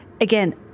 again